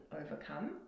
overcome